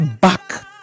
back